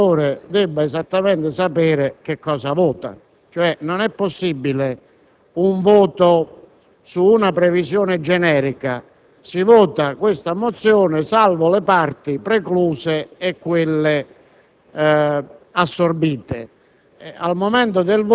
ogni senatore debba esattamente sapere che cosa sta votando. Non è infatti possibile un voto su una previsione generica; si vota una determinata mozione salvo le parti precluse e quelle assorbite.